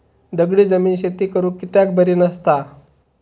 दगडी जमीन शेती करुक कित्याक बरी नसता?